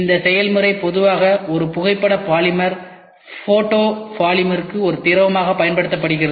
இந்த செயல்முறை பொதுவாக ஒரு புகைப்பட பாலிமர் ஃபோட்டோ பாலிமருக்கு ஒரு திரவமாகப் பயன்படுத்தப்படுகிறது